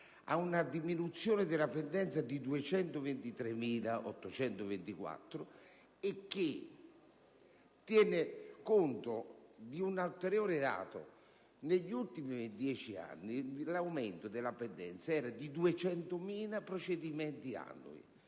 a una diminuzione della pendenza di 223.824 procedimenti e che tiene conto di un ulteriore dato: negli ultimi 10 anni l'aumento della pendenza era di 200.000 procedimenti annui.